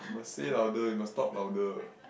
you must say louder you must talk louder